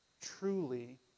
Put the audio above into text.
truly